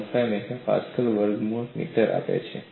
15 MPa વર્ગમૂળ metre આપે છે